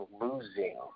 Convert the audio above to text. losing